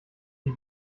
die